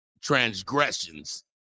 transgressions